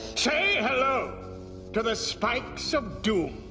say hello to the spikes of doom.